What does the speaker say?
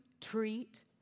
treat